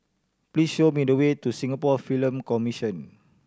please show me the way to Singapore Film Commission